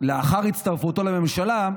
לאחר הצטרפותו לממשלה,